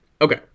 okay